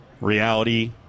reality